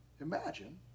Imagine